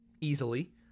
easily